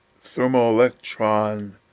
thermoelectron